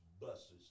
buses